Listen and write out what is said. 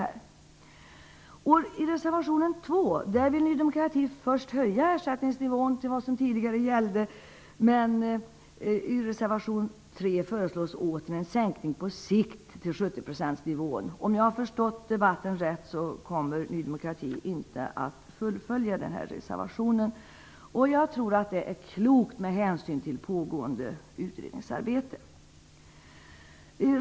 I reservation 2 vill Ny demokrati först höja ersättningsnivån till vad som tidigare gällde, men i reservation 3 föreslås en sänkning på sikt till 70 procentsnivån. Om jag har tolkat debatten rätt kommer inte Ny demokrati att fullfölja den här reservationen, och jag tror att det är klokt med hänsyn till pågående utredningsarbete.